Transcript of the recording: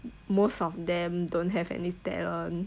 most of them don't have any talent